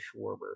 Schwarber